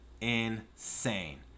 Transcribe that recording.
Insane